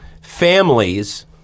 families